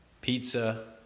pizza